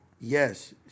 Yes